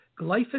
glyphosate